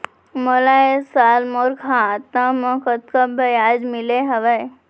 मोला ए साल मोर खाता म कतका ब्याज मिले हवये?